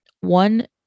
one